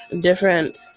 different